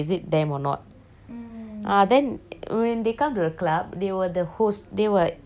ah then when they come to the club they were the hosts they were err it was their day lah